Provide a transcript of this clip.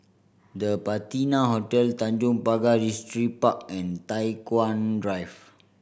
The Patina Hotel Tanjong Pagar Distripark and Tai Hwan Drive